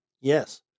Yes